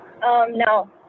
No